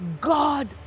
God